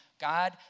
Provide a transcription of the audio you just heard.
God